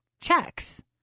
checks